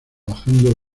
bajando